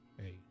Hey